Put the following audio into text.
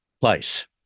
place